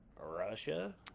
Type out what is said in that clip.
Russia